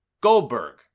Goldberg